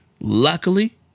Luckily